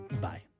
Bye